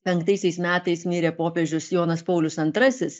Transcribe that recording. penktaisiais metais mirė popiežius jonas paulius antrasis